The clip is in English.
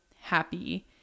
happy